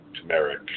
turmeric